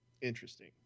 Interesting